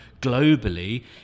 globally